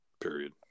period